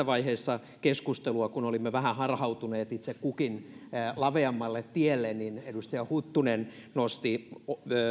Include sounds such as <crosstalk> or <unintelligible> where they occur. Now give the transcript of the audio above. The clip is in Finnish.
<unintelligible> vaiheessa keskustelua kun olimme vähän harhautuneet itse kukin laveammalle tielle niin edustaja huttunen nosti